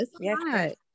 yes